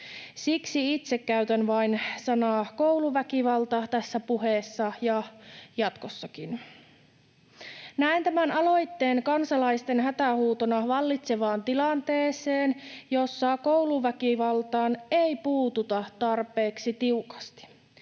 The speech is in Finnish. Siksi itse käytän vain sanaa ”kouluväkivalta” tässä puheessa ja jatkossakin. Näen tämän aloitteen kansalaisten hätähuutona vallitsevaan tilanteeseen, jossa kouluväkivaltaan ei puututa tarpeeksi tiukasti.